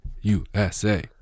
USA